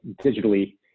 digitally